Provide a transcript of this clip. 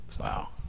Wow